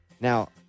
Now